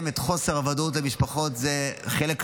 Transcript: את חוסר הוודאות למשפחות זה חלק עצום.